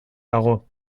dago